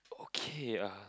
okay uh